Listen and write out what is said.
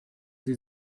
sie